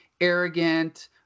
arrogant